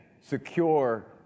secure